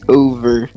over